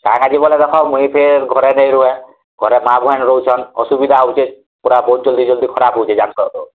ସାରା ଜୀବନ ଦେଖ ମୁଇଁ ସେ ଘରେ ନେଇ ରୁହେ ଘରେ ମା ଭୁଏଣ ରହୁଛନ୍ ଅସୁବିଧା ହଉଛି ପୁରା ବହୁତ ଜଲ୍ଦୀ ଜଲ୍ଦୀ ଖରାପ ହଉଛେ ଯାଣୁସ ତ